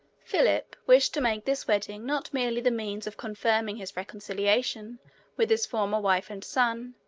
philip wished to make this wedding not merely the means of confirming his reconciliation with his former wife and son,